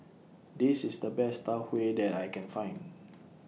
This IS The Best Tau Huay that I Can Find